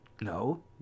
no